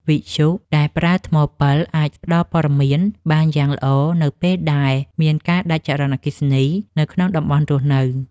វិទ្យុដែលប្រើថ្មពិលអាចផ្តល់ព័ត៌មានបានយ៉ាងល្អនៅពេលដែលមានការដាច់ចរន្តអគ្គិសនីនៅក្នុងតំបន់រស់នៅ។